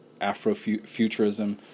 Afrofuturism